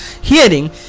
hearing